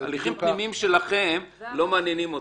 הליכים פנימיים שלכם לא מעניינים אותי.